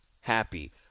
happy